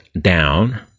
down